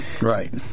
Right